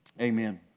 amen